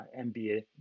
MBA